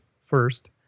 first